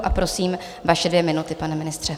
A prosím, vaše dvě minuty, pane ministře.